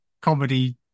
comedy